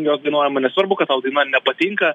jos dainuojama nesvarbu kad gal daina nepatinka